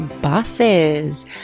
Bosses